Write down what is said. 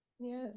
Yes